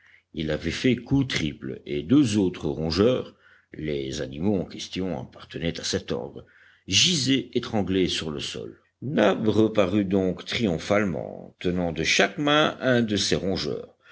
il avait fait coup triple et deux autres rongeurs les animaux en question appartenaient à cet ordre gisaient étranglés sur le sol nab reparut donc triomphalement tenant de chaque main un de ces rongeurs